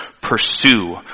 pursue